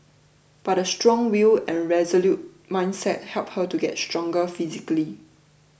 but a strong will and resolute mindset helped her to get stronger physically